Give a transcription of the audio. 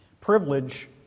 Privilege